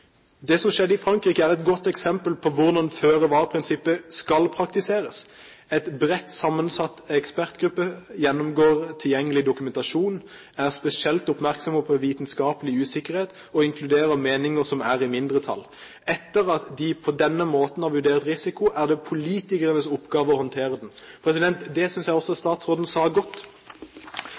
Det som skjedde i Frankrike, er et godt eksempel på hvordan føre-var-prinsippet skal praktiseres: En bredt sammensatt ekspertgruppe gjennomgår tilgjengelig dokumentasjon, er spesielt oppmerksom på vitenskapelig usikkerhet og inkluderer meninger som er i mindretall. Etter at de på denne måten har vurdert risikoen, er det politikernes oppgave å håndtere den. Det synes jeg også statsråden sa godt.